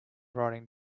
writing